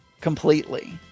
completely